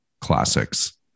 classics